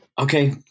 okay